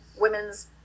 women's